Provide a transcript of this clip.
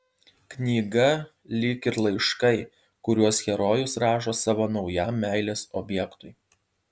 knyga lyg ir laiškai kuriuos herojus rašo savo naujam meilės objektui